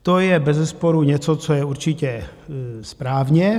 To je bezesporu něco, co je určitě správně.